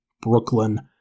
Brooklyn